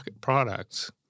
products